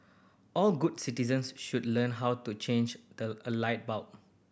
all good citizens should learn how to change the a light bulb